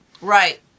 Right